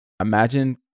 imagine